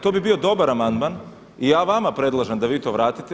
To bi bio dobar amandman i ja vama predlažem da vi to vratite.